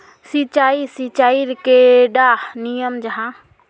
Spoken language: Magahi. सिंचाई सिंचाईर कैडा नियम जाहा?